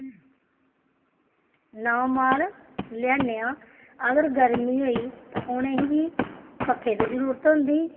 नमां माल लेआने आं अगर गर्मी होई ते उ'नेंगी पक्खे दी जरूरत होंदी